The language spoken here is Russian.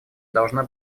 должна